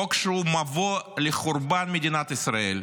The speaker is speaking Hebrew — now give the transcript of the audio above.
חוק שהוא מבוא לחורבן מדינת ישראל.